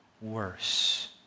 worse